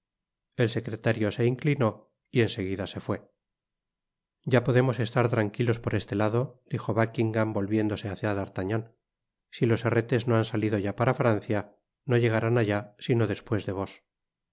el secretario se inclinó y en seguida se fué ya podemos estar tranquilos por este lado dijo buckingam volviéndose hácia d'artagnan si los herretes no han salido ya para francia no llegarán allá sino despues de vos